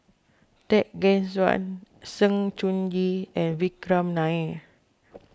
Tan Gek Suan Sng Choon Yee and Vikram Nair